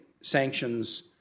sanctions